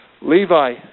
Levi